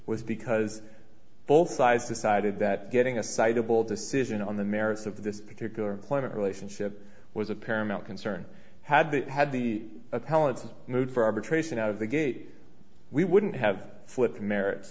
was because both sides decided that getting a sizable decision on the merits of this particular employment relationship was of paramount concern had they had the appellant's of mood for arbitration out of the gate we wouldn't have f